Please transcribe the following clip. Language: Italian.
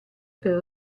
per